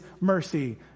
mercy